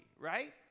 right